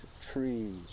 trees